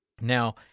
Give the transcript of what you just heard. Now